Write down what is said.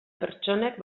pertsonek